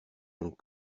long